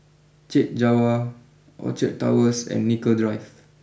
Chek Jawa Orchard Towers and Nicoll Drive